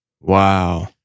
Wow